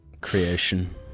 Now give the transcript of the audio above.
creation